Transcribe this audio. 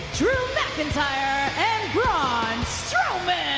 drew mcintyre and braun strowman.